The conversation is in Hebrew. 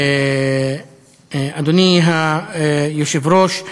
אדוני היושב-ראש,